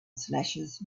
slashes